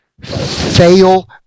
fail